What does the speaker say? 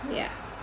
ya